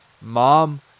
Mom